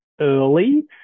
early